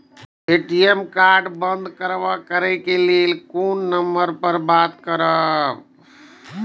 ATM card बंद करे के लेल कोन नंबर पर बात करबे?